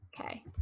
Okay